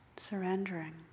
surrendering